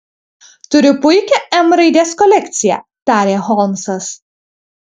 turiu puikią m raidės kolekciją tarė holmsas